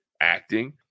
acting